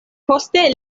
poste